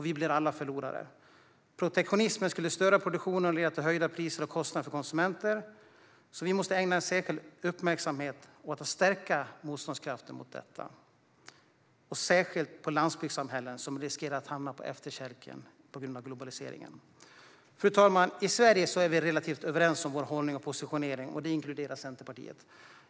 Vi blir alla förlorare. Protektionism skulle störa produktionen och leda till höjda priser och kostnader för konsumenterna. Vi måste ägna särskild uppmärksamhet åt att stärka motståndskraften mot detta, särskilt i landsbygdssamhällen som riskerar att lämnas på efterkälken på grund av globaliseringen. Fru talman! I Sverige är vi relativt överens om vår hållning och positionering, och det inkluderar Centerpartiet.